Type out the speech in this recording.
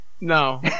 no